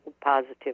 positive